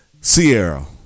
Sierra